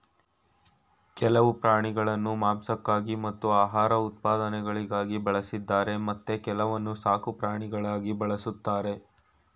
ಕೆಲವು ಪ್ರಾಣಿಗಳನ್ನು ಮಾಂಸಕ್ಕಾಗಿ ಮತ್ತು ಆಹಾರ ಉತ್ಪನ್ನಗಳಿಗಾಗಿ ಬಳಸಿದರೆ ಮತ್ತೆ ಕೆಲವನ್ನು ಸಾಕುಪ್ರಾಣಿಗಳಾಗಿ ಬಳ್ಸತ್ತರೆ